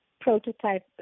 prototype